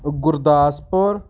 Gurdaspur